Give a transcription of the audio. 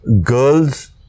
girls